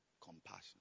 Compassion